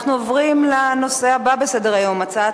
אנחנו עוברים לנושא הבא בסדר-היום: הצעת